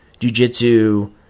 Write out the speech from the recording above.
Jujitsu